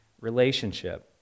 relationship